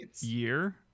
year